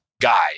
guy